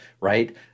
right